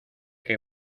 que